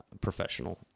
professional